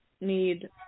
need